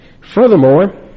Furthermore